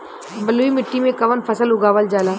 बलुई मिट्टी में कवन फसल उगावल जाला?